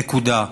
נקודה.